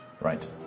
Right